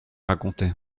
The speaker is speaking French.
raconté